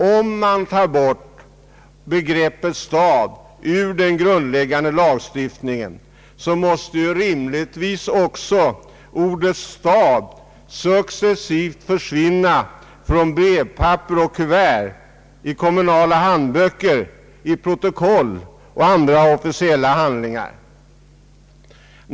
Om man tar bort begreppet stad ur den grundläggande lagstiftningen måste rimligtvis också ordet stad försvinna från brevpapper och kuvert, i kommunala handböcker, i protokoll och andra officiella handlingar.